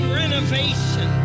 renovation